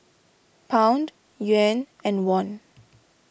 Pound Yuan and Won